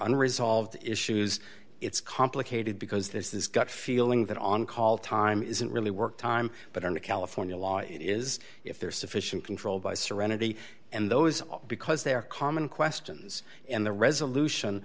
unresolved issues it's complicated because this is gut feeling that on call time isn't really work time but under california law it is if there is sufficient control by serenity and those are because they are common questions and the resolution